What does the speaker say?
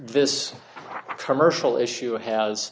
this commercial issue has